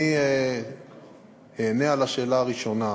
אני אענה על השאלה הראשונה,